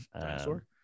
dinosaur